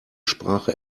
sprache